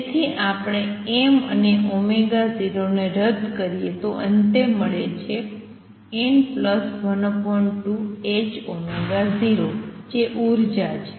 તેથી આપણે m અને 0 ને રદ કરીએ તો અંતે મળે છે n12 ℏ0 જે ઉર્જા છે